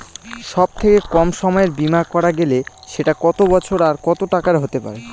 সব থেকে কম সময়ের বীমা করা গেলে সেটা কত বছর আর কত টাকার হতে পারে?